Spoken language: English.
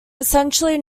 essentially